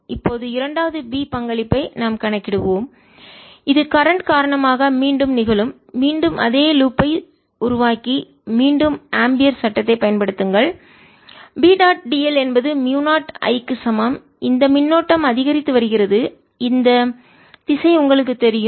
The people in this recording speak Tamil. இப்போது இரண்டாவது B பங்களிப்பை நாம் கணக்கிடுவோம் இது கரண்ட் மின்னோட்டத்தின் காரணமாக மீண்டும் நிகழும் மீண்டும் அதே லூப் ஐ சுழற்சியை உருவாக்கி மீண்டும் ஆம்பியர்ஸ் சட்டத்தைப் பயன்படுத்துங்கள் B டாட் dl என்பது மியூ0 I க்கு சமம் இந்த மின்னோட்டம் அதிகரித்து வருகிறது இந்த திசை உங்களுக்குத் தெரியும்